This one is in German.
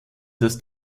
das